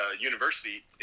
University